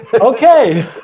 Okay